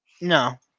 no